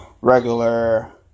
regular